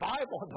Bible